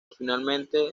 finalmente